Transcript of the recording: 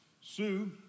Sue